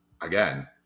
again